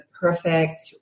perfect